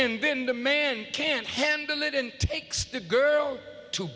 and then the man can't handle it in takes the girl to